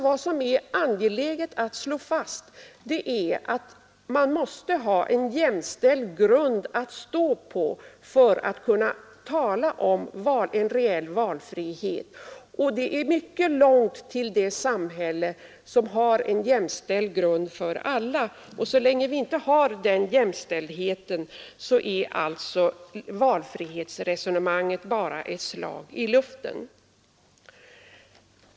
Vad som är angeläget att slå fast är att det måste finnas en jämställd grund att stå på för att man skall kunna tala om en reell valfrihet, och det är mycket långt till det samhälle som har en sådan grund för alla. Och så länge vi inte har den jämställdheten är alltså valfrihetsresonemanget bara ett slag i luften.